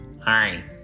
Hi